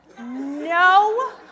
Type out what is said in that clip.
no